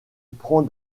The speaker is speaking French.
prend